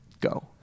go